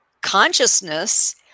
consciousness